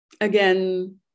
again